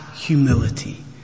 humility